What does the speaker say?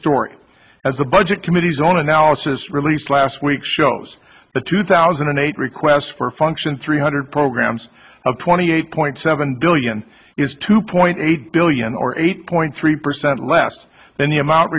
story as the budget committees on analysis released last week shows the two thousand and eight request for function three hundred programs of twenty eight point seven billion is two point eight billion or eight point three percent less than the amount